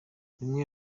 rumwe